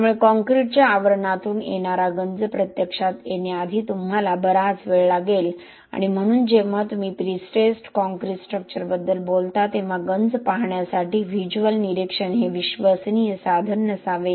त्यामुळे काँक्रीटच्या आवरणातून येणारा गंज प्रत्यक्षात येण्याआधी तुम्हाला बराच वेळ लागेल आणि म्हणून जेव्हा तुम्ही प्रीस्ट्रेस्ड कॉंक्रिट स्ट्रक्चर्सबद्दल बोलता तेव्हा गंज पाहण्यासाठी व्हिज्युअल निरीक्षण हे विश्वसनीय साधन नसावे